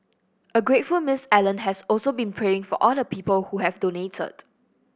a grateful Miss Allen has also been praying for all the people who have donated